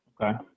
Okay